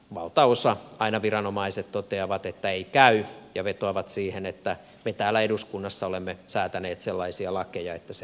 valtaosaltaan aina viranomaiset toteavat että ei käy ja vetoavat siihen että me täällä eduskunnassa olemme säätäneet sellaisia lakeja että sehän ei vain käy